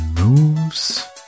moves